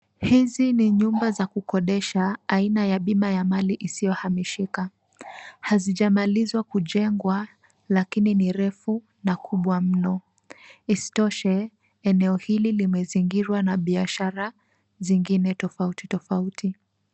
Hizi ni nyumba za kukodisha aina ya bima ya mali isiyohamishika. Hazijamalizwa kujengwa, lakini ni refu na kubwa mno. Isitoshe, eneo hili limezingirwa na biashara zingine tofauti tofauti.